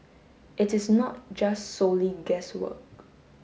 it is not just solely guesswork